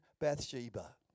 Bathsheba